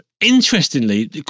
interestingly